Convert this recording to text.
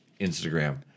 Instagram